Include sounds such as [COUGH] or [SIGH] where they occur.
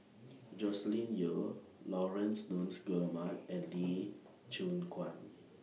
[NOISE] Joscelin Yeo Laurence Nunns Guillemard and Lee Choon Guan